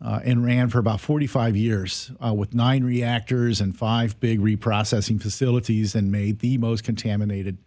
and ran for about forty five years with nine reactors and five big reprocessing facilities and made the most contaminated